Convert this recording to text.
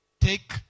Take